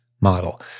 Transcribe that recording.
model